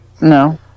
No